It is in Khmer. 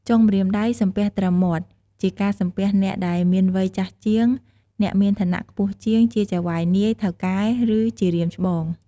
ចុងម្រាមដៃសំពះត្រឹមមាត់ ជាការសំពះអ្នកដែលមានវ័យចាស់ជាង អ្នកមានឋានៈខ្ពស់ជាង ជាចៅហ្វាយនាយ ថៅកែ ឬ ជារៀមច្បង។